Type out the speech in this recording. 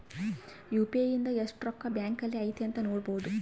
UPI ಇಂದ ಎಸ್ಟ್ ರೊಕ್ಕ ಬ್ಯಾಂಕ್ ಅಲ್ಲಿ ಐತಿ ಅಂತ ನೋಡ್ಬೊಡು